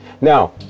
Now